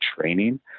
training